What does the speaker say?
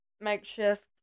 makeshift